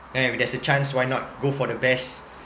and if there's a chance why not go for the best